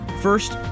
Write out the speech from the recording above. First